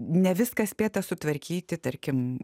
ne viską spėta sutvarkyti tarkim